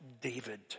David